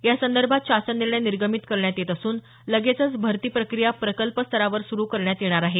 या संदर्भात शासन निर्णय निर्गमित करण्यात येत असून लगेचच भरती प्रक्रिया प्रकल्प स्तरावर सुरु करण्यात येणार आहे